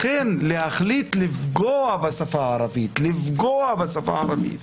לכן, להחליט לפגוע בשפה הערבית, לפגוע בשפה הערבית